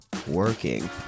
working